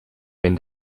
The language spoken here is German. wenn